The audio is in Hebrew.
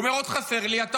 הוא אומר: חסר לי עוד,